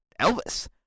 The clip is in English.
Elvis